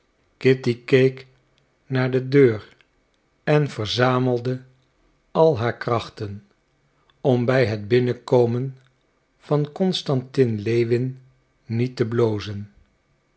kitty keek naar de deur en verzamelde al haar krachten om bij het binnenkomen van constantin lewin niet te blozen